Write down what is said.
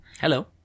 Hello